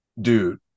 Dude